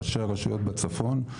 ראשי הרשויות בצפון,